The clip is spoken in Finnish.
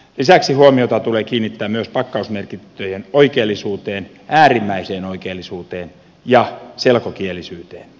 lisäksi huomiota tulee kiinnittää pakkausmerkintöjen oikeellisuuteen äärimmäiseen oikeellisuuteen ja selkokielisyyteen